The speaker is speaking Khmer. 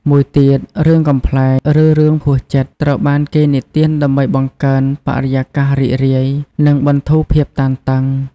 មួយទៀត រឿងកំប្លែង ឬរឿងហួសចិត្ត ត្រូវបានគេនិទានដើម្បីបង្កើនបរិយាកាសរីករាយ និងបន្ធូរភាពតានតឹង។